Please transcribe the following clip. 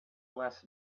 less